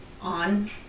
on